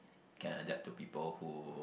can adapt to people who